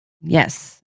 Yes